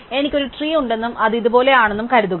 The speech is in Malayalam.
എനിക്ക് ഒരു ട്രീ ഉണ്ടെന്നും ഇത് ഇതുപോലെയാണെന്നും കരുതുക